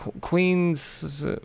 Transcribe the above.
Queen's